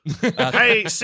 Hey